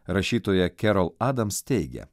rašytoja kerol adams teigia